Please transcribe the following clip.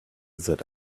that